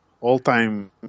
all-time